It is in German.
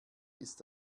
ist